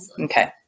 Okay